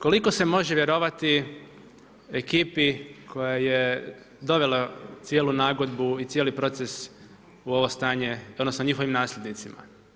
Koliko se može vjerovati ekipi koja je dovela cijelu nagodbu i cijeli proces u ovo stanje odnosno njihovim nasljednicima?